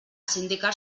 sindicar